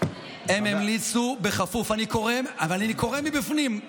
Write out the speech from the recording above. הם המליצו בכפוף, אני קורא, אבל אני קורא מבפנים.